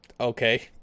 okay